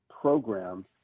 program